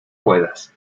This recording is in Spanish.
puedas